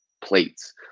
plates